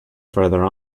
further